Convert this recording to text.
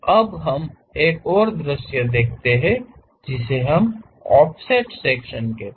अब हम एक और दृश्य देखते हैं जिसे हम ऑफसेट सेक्शन कहते हैं